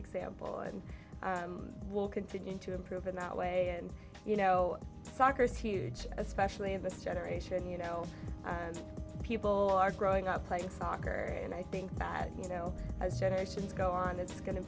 example and will continue to improve in that way and you know soccer's huge especially in this generation you know people are growing up playing soccer and i think that you know as generations go on it's go